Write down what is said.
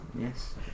yes